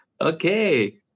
Okay